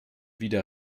wieder